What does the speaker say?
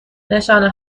نشانه